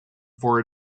for